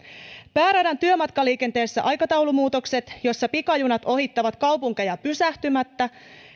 pääradan työmatkaliikenteessä aikataulumuutokset joissa pikajunat ohittavat kaupunkeja pysähtymättä